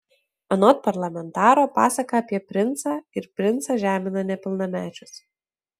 anot parlamentaro pasaka apie princą ir princą žemina nepilnamečius